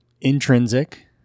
intrinsic